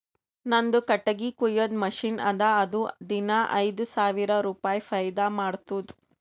ನಂದು ಕಟ್ಟಗಿ ಕೊಯ್ಯದ್ ಮಷಿನ್ ಅದಾ ಅದು ದಿನಾ ಐಯ್ದ ಸಾವಿರ ರುಪಾಯಿ ಫೈದಾ ಮಾಡ್ತುದ್